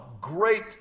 Great